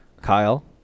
Kyle